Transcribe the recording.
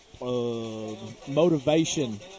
motivation